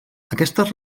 aquestes